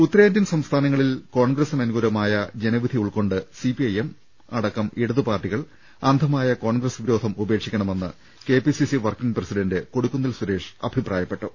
ഉത്തരേന്ത്യൻ സംസ്ഥാനങ്ങളിൽ കോൺഗ്രസിന് അനുകൂലമായ ജനവിധി ഉൾക്കൊണ്ട് സി പി ഐ എം അടക്കം ഇടതുപാർട്ടികൾ അന്ധ മായ കോൺഗ്രസ് വിരോധം ഉപേക്ഷിക്കണമെന്ന് K P C C working president Kodikunnil Suresh അഭിപ്രായപ്പെട്ടു